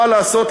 מה לעשות,